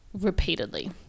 repeatedly